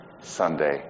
Sunday